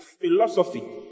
Philosophy